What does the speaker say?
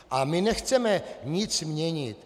A my nechceme nic měnit.